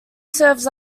serves